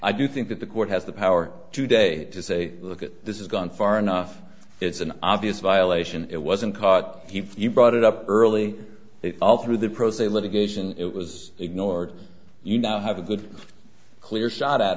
i do think that the court has the power today to say look at this is gone far enough it's an obvious violation it wasn't caught you brought it up early it all through the process of litigation it was ignored you now have a good clear shot at